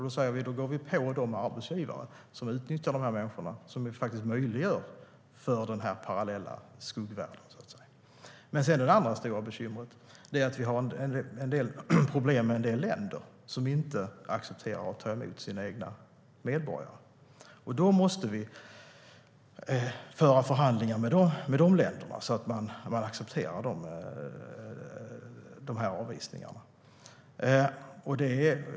Då ska vi gå på de arbetsgivare som utnyttjar dessa människor och som faktiskt möjliggör den parallella skuggvärlden. Det andra stora bekymret är att vi har problem med en del länder som inte accepterar att ta emot sina egna medborgare. Då måste vi förhandla med dem så att de accepterar avvisningarna.